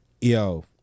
Yo